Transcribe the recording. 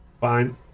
Fine